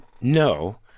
No